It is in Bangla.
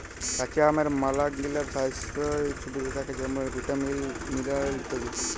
কাঁচা আমের ম্যালাগিলা স্বাইস্থ্য সুবিধা থ্যাকে যেমল ভিটামিল, মিলারেল ইত্যাদি